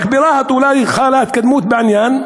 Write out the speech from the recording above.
רק ברהט אולי חלה התקדמות בעניין,